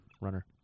Runner